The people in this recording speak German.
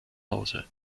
hause